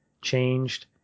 changed